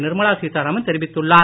நிர்மலா சீத்தாராமன் தெரிவித்துள்ளார்